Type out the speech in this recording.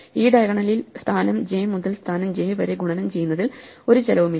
ഈ ഡയഗണലിൽ സ്ഥാനം j മുതൽ സ്ഥാനം j വരെ ഗുണനം ചെയ്യുന്നതിൽ ഒരു ചെലവുമില്ല